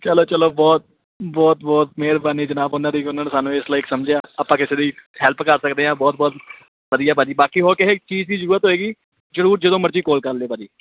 ਚਲੋ ਚਲੋ ਬਹੁਤ ਬਹੁਤ ਬਹੁਤ ਮਿਹਰਬਾਨੀ ਜਨਾਬ ਉਹਨਾਂ ਦੀ ਕਿ ਉਹਨਾਂ ਨੇ ਸਾਨੂੰ ਇਸ ਲਾਇਕ ਸਮਝਿਆ ਆਪਾਂ ਕਿਸੇ ਦੀ ਹੈਲਪ ਕਰ ਸਕਦੇ ਹਾਂ ਬਹੁਤ ਬਹੁਤ ਵਧੀਆ ਭਾਅ ਜੀ ਬਾਕੀ ਹੋਰ ਕਿਸੇ ਚੀਜ਼ ਦੀ ਜ਼ਰੂਰਤ ਹੋਏਗੀ ਜ਼ਰੂਰ ਜਦੋਂ ਮਰਜ਼ੀ ਕੋਲ ਕਰ ਲਿਓ ਭਾਅ ਜੀ